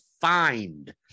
find